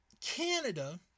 Canada